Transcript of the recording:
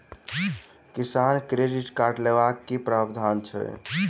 किसान credit card लेबाक की प्रावधान छै?